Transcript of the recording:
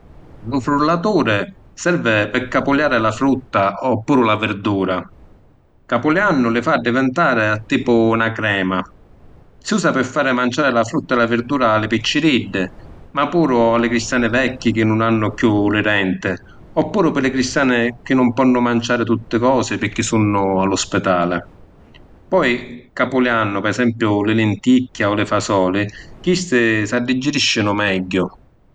Lu “frullaturi” servi pi capuliàri la frutta oppuru la virdura. Capuliànnu li fa addivintari a tipu na crema. Si usa pi fari manciàri la frutta e la virdura a li picciriddi, ma puru a li cristiani vecchi chi nun hannu chiù li denti, oppuru pi li cristiani chi nun ponnu manciàri tutti cosi pirchì sunnu a lu spitali. Poi capuliànnu, pi esempiu, li linticchia o li fasoli chisti s’addiggiriscinu megghiu.